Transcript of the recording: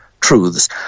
truths